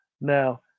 Now